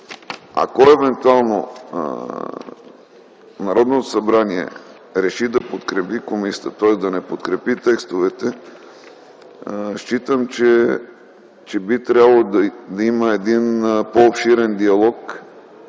Ако евентуално Народното събрание реши да подкрепи комисията, тоест да не подкрепи текстовете, считам, че би трябвало да има един по-обширен диалог